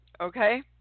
Okay